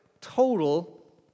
total